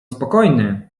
spokojny